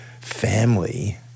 family